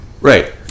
right